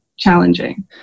challenging